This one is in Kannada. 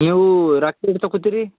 ನೀವು ತಕೊತಿರೀ